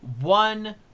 one